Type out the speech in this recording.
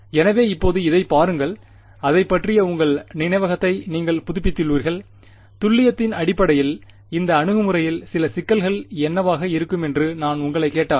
எனவே இப்போது இதைப் பார்த்ததால் அதைப் பற்றிய உங்கள் நினைவகத்தை நீங்கள் புதுப்பித்துள்ளீர்கள் துல்லியத்தின் அடிப்படையில் இந்த அணுகுமுறையில் சில சிக்கல்கள் என்னவாக இருக்கும் என்று நான் உங்களிடம் கேட்டால்